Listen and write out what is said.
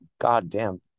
goddamn